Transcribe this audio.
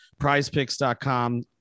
prizepicks.com